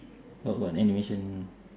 what got animation